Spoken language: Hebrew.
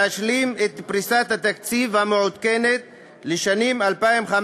להשלים את פריסת התקציב המעודכנת לשנים 2015